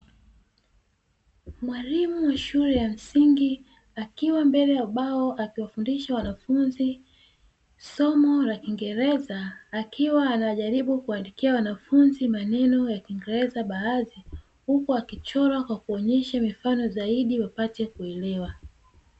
Mwalimu wa shule ya msingi akiwa mbele ya ubao akiwafundisha wanafunzi somo la kiingereza akiwa anajaribu kuwaandikia wanafunzi baadhi ya maneno ya kiingereza huku akichora kwa kuonesha mifano zaidi ili wapate kuelewa.